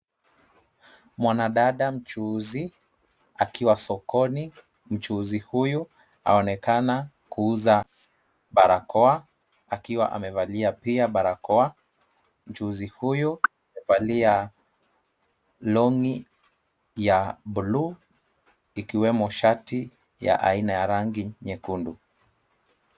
Mwanadada mchuuzi akiwa sokoni. Mchuuzi huyu aonekana kuuza barakoa akiwa amevalia pia barakoa. Mchuuzi huyu amevalia long'i ya blue ikiwemo shati ya aina ya rangi nyekundu.